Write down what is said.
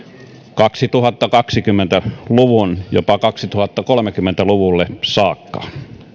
kaksituhattakaksikymmentä luvun jopa kaksituhattakolmekymmentä luvulle saakka